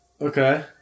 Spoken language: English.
Okay